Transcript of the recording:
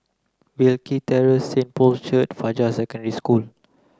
Wilkie Terrace Saint Paul's Church Fajar Secondary School